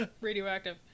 radioactive